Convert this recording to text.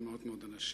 יש מעט מאוד אנשים.